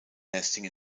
nesting